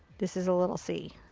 this is a little c.